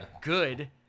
good